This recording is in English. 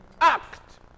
act